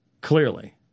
clearly